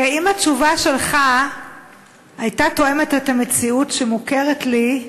אם התשובה שלך הייתה תואמת את המציאות שמוכרת לי,